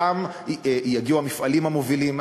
לשם יגיעו המפעלים המובילים,